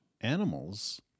animals—